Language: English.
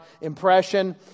impression